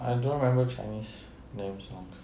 I don't remember chinese names songs